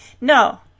No